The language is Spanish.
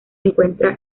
encuentra